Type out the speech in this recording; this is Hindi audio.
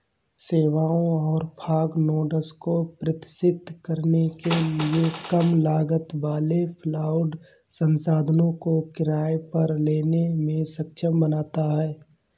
सेवाओं और फॉग नोड्स को प्रकाशित करने के लिए कम लागत वाले क्लाउड संसाधनों को किराए पर लेने में सक्षम बनाता है